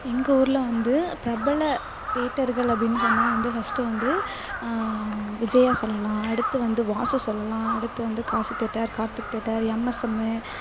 எங்கள் ஊரில் வந்து பிரபல தேட்டர்கள் அப்படின்னு சொன்னால் வந்து ஃபஸ்ட்டு வந்து விஜயா சொல்லலாம் அடுத்து வந்து வாசு சொல்லலாம் அடுத்து வந்து Kasi theatre Karthik theatre M S M